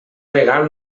legal